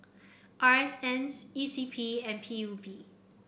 R S N C E C P and P U B